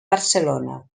barcelona